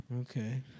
Okay